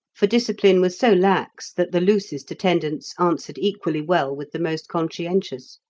for discipline was so lax, that the loosest attendance answered equally well with the most conscientious.